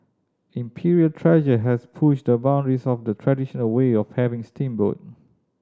Imperial Treasure has pushed the boundaries of the traditional way of having steamboat